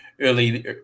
early